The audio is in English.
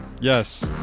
Yes